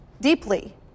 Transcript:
deeply